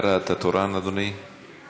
חברת הכנסת יעל כהן-פארן, בבקשה.